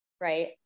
Right